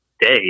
day